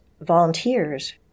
volunteers